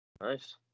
Nice